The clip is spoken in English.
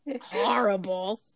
horrible